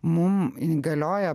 mum įgalioja